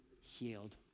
healed